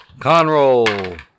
Conroll